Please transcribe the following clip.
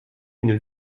une